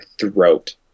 throat